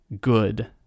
good